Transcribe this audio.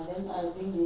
resiha like